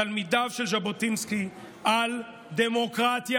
תלמידיו של ז'בוטינסקי, על דמוקרטיה,